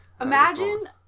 Imagine